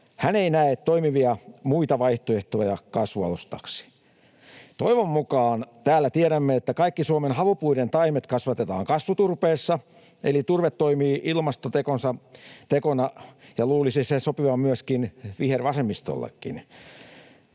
Hän ei näe toimivia muita vaihtoehtoja kasvualustaksi. Toivon mukaan täällä tiedämme, että kaikki Suomen havupuiden taimet kasvatetaan kasvuturpeessa, eli turve toimii ilmastotekona, ja luulisi sen sopivan myös vihervasemmistollekin.